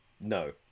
No